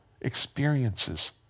experiences